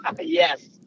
Yes